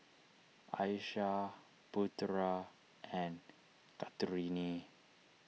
Aishah Putra and Kartini